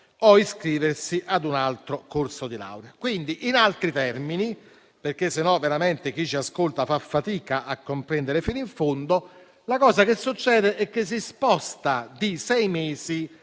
o iscriversi ad un altro corso di laurea. In altri termini - altrimenti, veramente chi ci ascolta fa fatica a comprendere fino in fondo - quello che succede è che si sposta di sei mesi